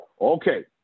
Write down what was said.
Okay